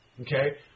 okay